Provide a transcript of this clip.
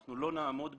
אנחנו לא נעמוד בזה.